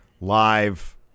live